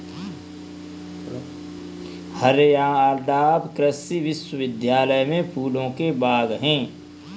हरियाणा कृषि विश्वविद्यालय में फूलों के बाग हैं